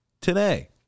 today